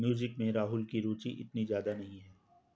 music में राहुल की रुचि इतनी ज्यादा नहीं है